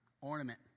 ornament